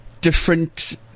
different